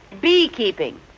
Beekeeping